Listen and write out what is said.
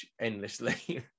endlessly